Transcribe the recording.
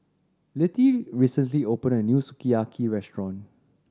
Littie recently opened a new Sukiyaki Restaurant